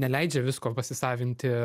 neleidžia visko pasisavinti